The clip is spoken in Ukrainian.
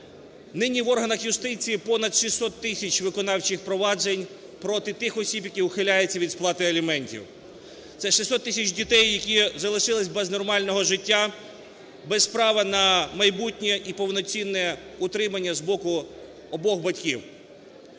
Нині в органах юстиції понад 600 тисяч виконавчих проваджень проти тих осіб, які ухиляються від сплати аліментів. Це 600 тисяч дітей, які залишилися без нормального життя, без права на майбутнє і повноцінне утримання з боку обох батьків.